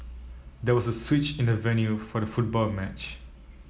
there was a switch in the venue for the football match